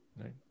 Right